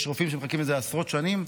יש רופאים שמחכים לזה עשרות שנים,